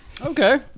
Okay